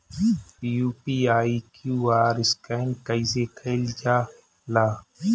UPI QR scan कइसे कईल जा ला?